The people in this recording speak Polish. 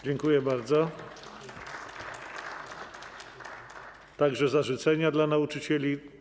Dziękuję bardzo, także za życzenia dla nauczycieli.